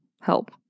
help